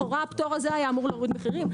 הפטור הזה לכאורה היה אמור להוריד מחירים,